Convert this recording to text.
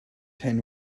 ten